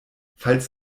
falls